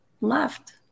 left